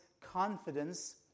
confidence